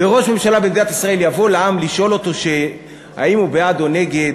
וראש ממשלה במדינת ישראל יבוא לעם לשאול אותו האם הוא בעד או נגד,